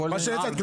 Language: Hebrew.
מה שהצעת.